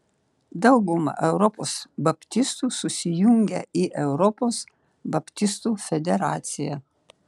dauguma europos baptistų susijungę į europos baptistų federaciją